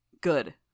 Good